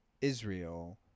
Israel